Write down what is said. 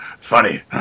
Funny